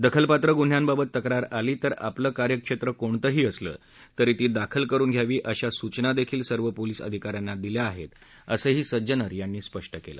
दखलपात्र गुन्ह्यांबाबत तक्रार आली तर आपलं कार्यक्षेत्र कोणतंही असलं तरी ती दाखल करून घ्यावी अशा सूचना सर्व पोलीस अधिकाऱ्यांना दिल्या आहेत असंही सज्जनर यांनी स्पष्ट केलं